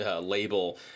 label